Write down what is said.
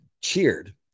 cheered